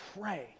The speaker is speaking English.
pray